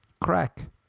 crack